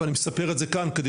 ואני מספר את זה כאן כדי